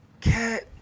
Cat